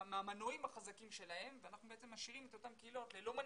מהמנועים החזקים שלהם ואנחנו משאירים את אותן קהילות ללא מנהיגים,